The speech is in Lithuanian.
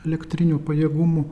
elektrinių pajėgumų